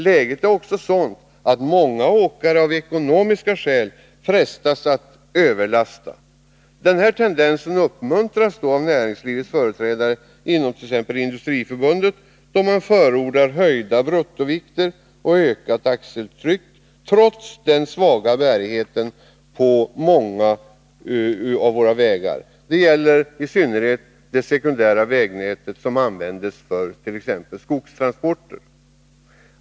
Läget är också sådant att många åkare av ekonomiska skäl frestas att överlasta. Denna tendens uppmuntras av näringslivets företrädare inom t.ex. Industriförbundet, då man förordar höjda bruttovikter och ökat axeltryck, trots den svaga bärigheten på många av våra vägar. Det gäller i synnerhet det sekundära vägnätet, som används för t.ex. skogstransporter.